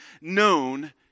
known